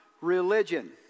religion